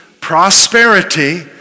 prosperity